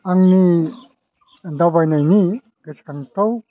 आंनि दावबायनायनि गोसोखांथाव